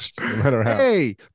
Hey